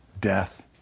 death